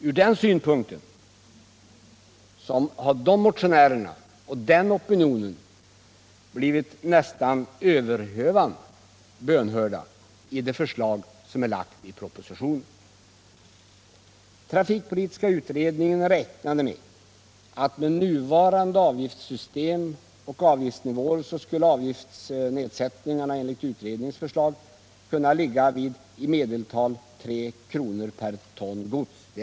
Ur den synpunkten har de motionärerna och den opinionen blivit nästan över hövan bönhörda i de förslag som är framlagda i propositonen. Trafikpolitiska utredningen räknade med att med nu gällande avgiftssystem och avgiftsnivåer skulle avgiftsnedsättningarna enligt utredningens förslag kunna ligga vid i medeltal 3 kr./ton gods.